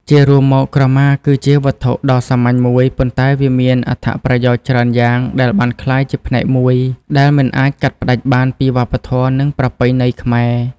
ជារួមមកក្រមាគឺជាវត្ថុដ៏សាមញ្ញមួយ ប៉ុន្តែវាមានអត្ថប្រយោជន៍ច្រើនយ៉ាងដែលបានក្លាយជាផ្នែកមួយដែលមិនអាចកាត់ផ្ដាច់បានពីវប្បធម៌ និងប្រពៃណីខ្មែរ។